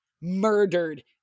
Murdered